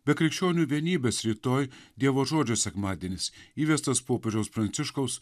be krikščionių vienybės rytoj dievo žodžio sekmadienis įvestas popiežiaus pranciškaus